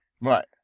Right